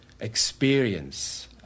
experience